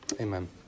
Amen